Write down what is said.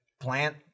plant